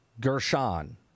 Gershon